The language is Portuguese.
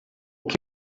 que